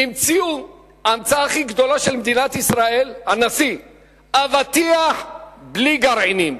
ההמצאה הכי גדולה של מדינת ישראל: אבטיח בלי גרעינים.